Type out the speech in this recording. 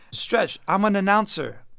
stretch, i'm an announcer.